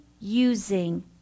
using